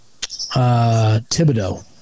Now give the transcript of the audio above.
thibodeau